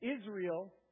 Israel